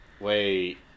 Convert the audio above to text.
Wait